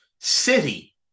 City